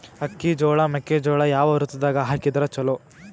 ಅಕ್ಕಿ, ಜೊಳ, ಮೆಕ್ಕಿಜೋಳ ಯಾವ ಋತುದಾಗ ಹಾಕಿದರ ಚಲೋ?